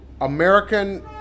American